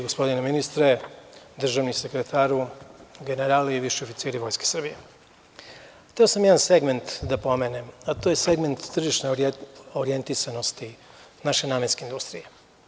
Gospodine ministre, državni sekretaru, generali, viši oficiri Vojske Srbije, hteo sam jedan segment da pomenem, a to je segment tržišne orijentisanosti naše namenske industrije.